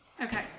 Okay